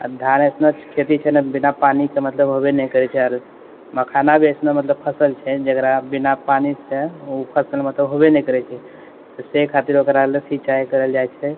आओर धान एसन खेती छै ने बिना पानिके मतलब होबे नहि करै छै मखाना भी ऐसने मतलब फसल छै जेकरा बिना पानिके ओ फसल मतलब होबे नहि करै छै सेहि खातिर ओकरा लए सिञ्चाइ करल जाइ छै